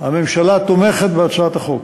הממשלה תומכת בהצעת החוק.